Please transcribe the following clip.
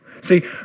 See